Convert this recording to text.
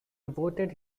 devoted